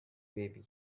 baby